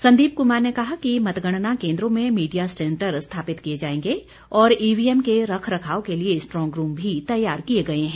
संदीप क्मार ने कहा कि मतगणना केंद्रों में मीडिया सेंटर स्थापित किए जाएंगे और ईवीएम के रखरखाव के लिए स्ट्रांग रूम भी तैयार किए गए हैं